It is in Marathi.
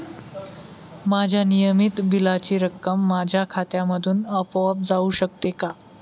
माझ्या नियमित बिलाची रक्कम माझ्या खात्यामधून आपोआप जाऊ शकते का?